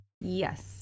Yes